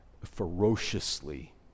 ferociously